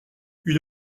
une